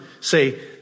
say